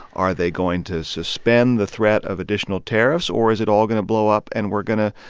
are they going to suspend the threat of additional tariffs? or is it all going to blow up, and we're going to,